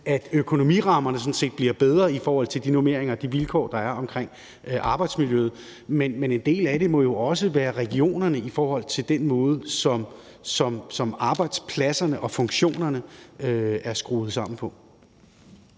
at økonomirammerne sådan set bliver bedre i forhold til de normeringer og de vilkår, der er omkring arbejdsmiljøet. Men en del af det må jo også være i regionerne i forhold til den måde, som arbejdspladserne og -funktionerne er skruet sammen på.